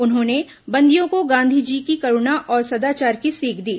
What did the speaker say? उन्होंने बंदियों को गांधी जी की करूणा और सदाचार की सीख दी